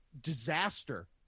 disaster